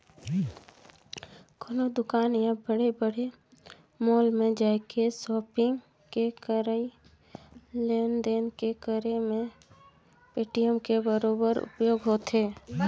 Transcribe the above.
कोनो दुकान या बड़े बड़े मॉल में जायके सापिग के करई लेन देन के करे मे पेटीएम के बरोबर उपयोग होथे